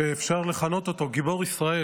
שאפשר לכנות אותו גיבור ישראל,